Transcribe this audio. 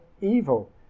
evil